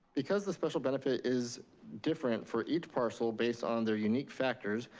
because the special benefit is different for each parcel based on their unique factors,